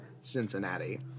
Cincinnati